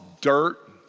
dirt